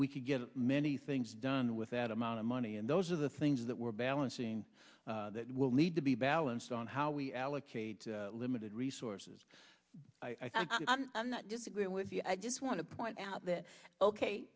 we could get many things done with that amount of money and those are the things that we're balancing that will need to be balanced on how we allocate limited resources i am not disagreeing with you i just want to point out that ok